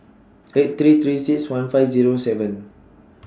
eight three three six one five Zero seven